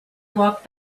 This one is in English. walked